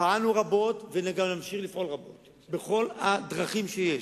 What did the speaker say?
פעלנו רבות וגם נמשיך לפעול רבות בכל הדרכים שיש.